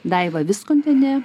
daiva viskontienė